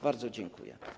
Bardzo dziękuję.